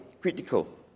critical